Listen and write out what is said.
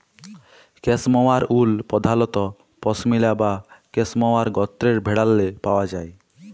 cashmere wool পধালত পশমিলা বা ক্যাসমোয়ার গত্রের ভেড়াল্লে পাউয়া যায়